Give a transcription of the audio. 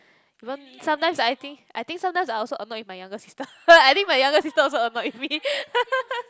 even sometimes I think I think sometimes I also annoyed with my younger sister I think my younger sister also annoyed with me